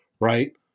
right